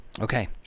okay